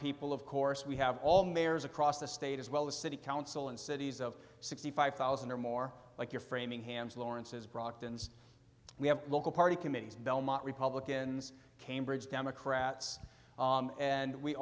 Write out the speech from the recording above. people of course we have all mayors across the state as well as city council in cities of sixty five thousand or more like your framingham florence's brockton we have local party committees belmont republicans cambridge democrats and we